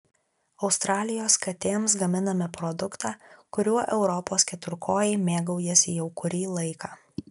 australijos katėms gaminame produktą kuriuo europos keturkojai mėgaujasi jau kurį laiką